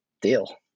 deal